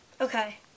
Okay